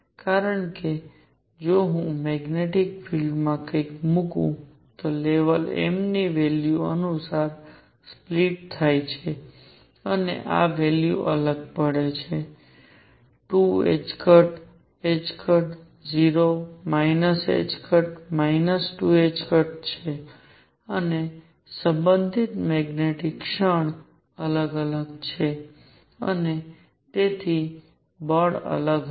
કારણ કે જો હું મેગ્નેટિક ફીલ્ડ માં કંઈક મૂકું તો લેવલ m ની વેલ્યુ અનુસાર સ્પ્લીટ થાય છે અને આ વેલ્યુ અલગ પડે છે તે 2 0 ℏ 2ℏ છે અને સંબંધિત મેગ્નેટિક ક્ષણ પણ અલગ છે અને તેથી બળ અલગ હશે